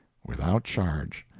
without charge.